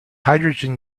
hydrogen